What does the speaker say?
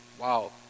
Wow